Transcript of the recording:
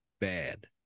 bad